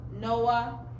Noah